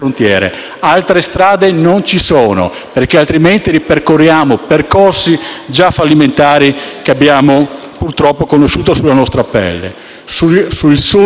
Altre strade non ci sono, perché altrimenti ripercorriamo percorsi già fallimentari che abbiamo purtroppo conosciuto sulla nostra pelle.